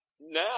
Now